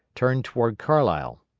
turned toward carlisle.